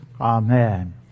Amen